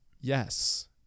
yes